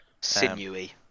Sinewy